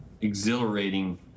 exhilarating